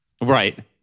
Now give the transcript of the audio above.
Right